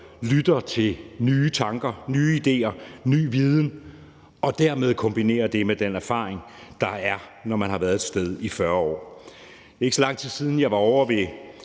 lytter til nye tanker, nye idéer, ny viden og dermed kombinerer det med den erfaring, man har, når man har været et sted i 40 år. Det er ikke så lang tid siden, jeg var ovre ved